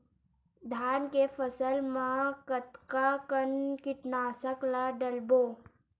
धान के फसल मा कतका कन कीटनाशक ला डलबो?